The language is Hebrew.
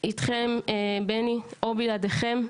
איתכם בני או בלעדיכם.